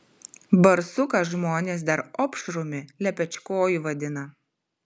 barsuką žmonės dar opšrumi lepečkoju vadina